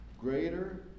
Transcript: Greater